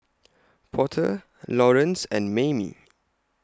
Porter Laurence and Maymie